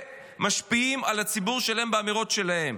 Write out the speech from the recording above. ומשפיעים על הציבור שלהם באמירות שלהם.